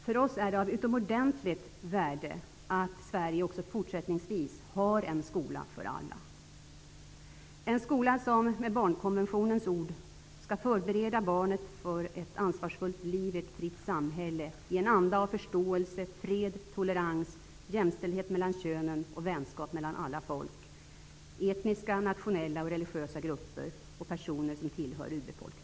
För oss är det av utomordentligt värde att Sverige också fortsättningsvis har en skola för alla, en skola som -- med barnkonventionens ord -- ''ska förbereda barnet för ett ansvarsfullt liv i ett fritt samhälle i en anda av förståelse, fred, tolerans, jämställdhet mellan könen och vänskap mellan alla folk, etniska, nationella och religiösa grupper och personer som tillhör urbefolkningar''.